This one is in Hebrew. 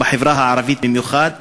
ובחברה הערבית במיוחד,